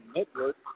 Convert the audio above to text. Network